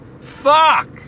Fuck